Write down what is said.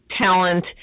talent